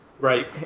Right